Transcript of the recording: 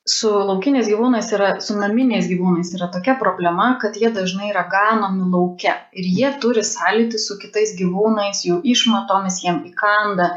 su laukiniais gyvūnais yra su naminiais gyvūnais yra tokia problema kad jie dažnai yra ganomi lauke ir jie turi sąlytį su kitais gyvūnais jų išmatomis jiem įkanda